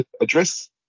address